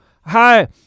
hi